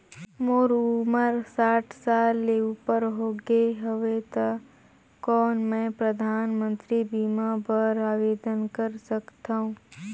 मोर उमर साठ साल ले उपर हो गे हवय त कौन मैं परधानमंतरी बीमा बर आवेदन कर सकथव?